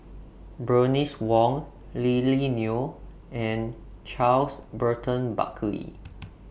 Bernice Wong Lily Neo and Charles Burton Buckley